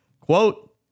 Quote